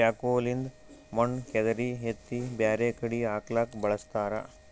backhoe ಲಿಂದ್ ಮಣ್ಣ್ ಕೆದರಿ ಎತ್ತಿ ಬ್ಯಾರೆ ಕಡಿ ಹಾಕ್ಲಕ್ಕ್ ಬಳಸ್ತಾರ